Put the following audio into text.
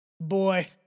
Boy